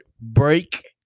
break